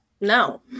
no